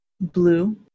Blue